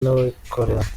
n’abikorera